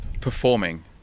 performing